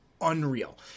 unreal